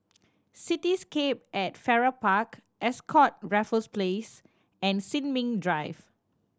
Cityscape at Farrer Park Ascott Raffles Place and Sin Ming Drive